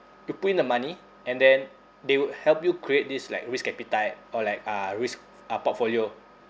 you put in the money and then they would help you create this like risk appetite or like uh risk uh portfolio